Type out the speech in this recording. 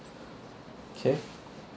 okay